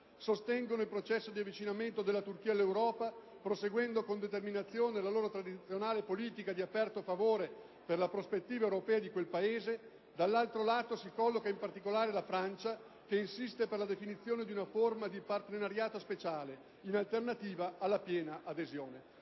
sostengono il processo di avvicinamento della Turchia all'Europa, proseguendo con determinazione la loro tradizionale politica di aperto favore per la prospettiva europea di quel Paese; dall'altro lato, si colloca in particolare la Francia, che insiste per la definizione di una forma di partenariato speciale, in alternativa alla piena adesione».